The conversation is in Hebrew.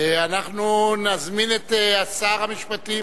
אנחנו נזמין את שר המשפטים